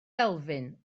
elfyn